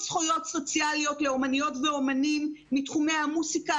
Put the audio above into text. זכויות סוציאליות לאומניות ואומנים מתחומי המוסיקה,